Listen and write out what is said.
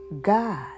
God